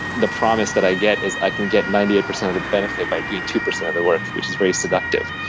the promise that i get is i can get ninety eight percent of the benefit by doing two percent of the work, which is very seductive.